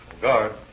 Guard